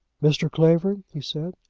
mr. clavering, he said,